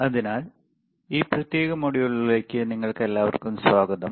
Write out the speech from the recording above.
അതിനാൽ ഈ പ്രത്യേക മൊഡ്യൂളിലേക്ക് നിങ്ങൾക്കെല്ലാവർക്കും സ്വാഗതം